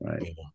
Right